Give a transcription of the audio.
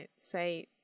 say